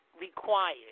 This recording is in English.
required